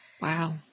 Wow